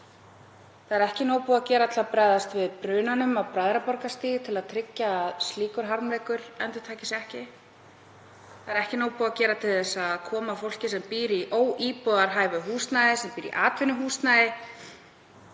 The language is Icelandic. Það er ekki búið að gera nóg til að bregðast við brunanum á Bræðraborgarstíg, til að tryggja að slíkur harmleikur endurtaki sig ekki. Það er ekki búið að gera nóg til þess að koma fólki sem býr í óíbúðarhæfu húsnæði, sem býr í atvinnuhúsnæði,